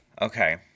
Okay